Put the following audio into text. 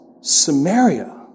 Samaria